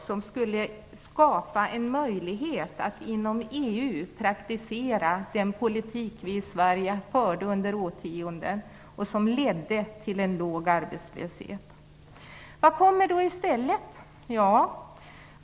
Det skulle skapa en möjlighet att inom EU praktisera den politik vi i Sverige förde under årtionden och som ledde till en låg arbetslöshet. Vad kommer då i stället?